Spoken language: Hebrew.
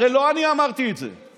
הרי לא אני אמרתי את זה.